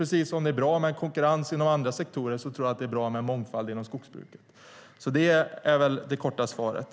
Precis som det är bra med konkurrens inom andra sektorer tror jag att det är bra med mångfald inom skogsbruket. Det är det korta svaret.